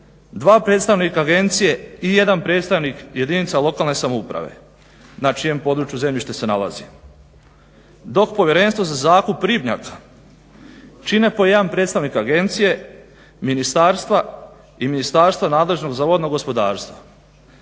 dva predstavnika agencije i jedan predstavnik jedinica lokalne samouprave na čijem području zemljište se nalazi. Dok Povjerenstvo za zakup ribnjaka čine po jedan predstavnik agencije, ministarstva i ministarstva nadležnog za vodno gospodarstvo.